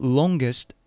longest